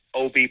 OB